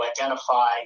identify